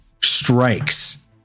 strikes